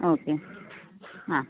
okay ആ